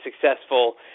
successful